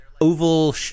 oval